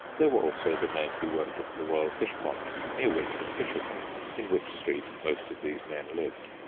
there were also the men who worked at the royal fish pond near which was fishergate in which street most of these men lived.